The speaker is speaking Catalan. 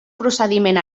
procediment